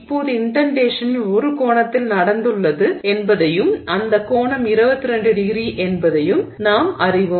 இப்போது இன்டென்டேஷனின் ஒரு கோணத்தில் நடந்துள்ளது என்பதையும் அந்த கோணம் 22º என்பதையும் நாம் அறிவோம்